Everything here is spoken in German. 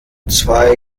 zwei